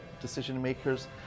decision-makers